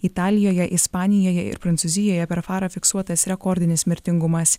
italijoje ispanijoje ir prancūzijoje per parą fiksuotas rekordinis mirtingumas